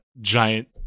giant